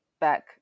back